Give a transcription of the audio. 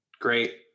Great